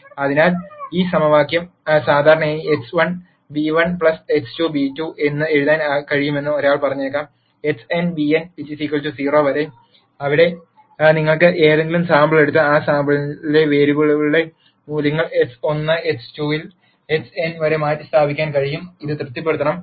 അതിനാൽ ഈ സമവാക്യം സാധാരണയായി x1 β1 x2 β2 എന്ന് എഴുതാൻ കഴിയുമെന്ന് ഒരാൾ പറഞ്ഞേക്കാം xn βn 0 വരെ അവിടെ നിങ്ങൾക്ക് ഏതെങ്കിലും സാമ്പിൾ എടുത്ത് ആ സാമ്പിളിലെ വേരിയബിളുകളുടെ മൂല്യങ്ങൾ x1 x2 ൽ xn വരെ മാറ്റിസ്ഥാപിക്കാൻ കഴിയും ഇത് തൃപ്തിപ്പെടുത്തണം